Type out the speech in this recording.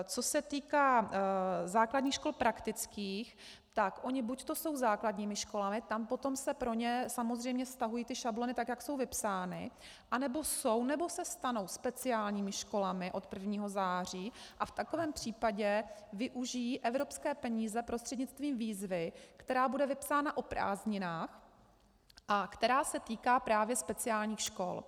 Co se týká základních škol praktických, tak ony buď jsou základními školami, tam potom se pro ně samozřejmě vztahují ty šablony, tak jak jsou vypsány, anebo jsou nebo se stanou speciálními školami od 1. září a v takovém případě využijí evropské peníze prostřednictvím výzvy, která bude vypsána o prázdninách a která se týká právě speciálních škol.